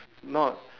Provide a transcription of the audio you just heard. not